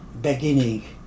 beginning